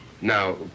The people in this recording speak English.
Now